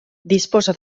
disposa